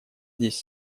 здесь